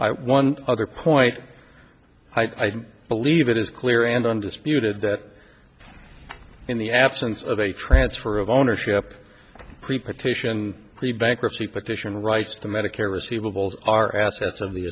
i one other point i believe it is clear and undisputed that in the absence of a transfer of ownership pre partition pre bankruptcy petition rights to medicare receivables are assets of the